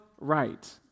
right